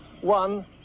one